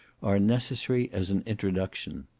are necessary as an introduction?